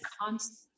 constant